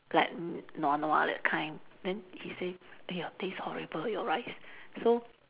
like n~ nua nua that kind then he say !aiya! taste horrible your rice so